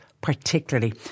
particularly